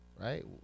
right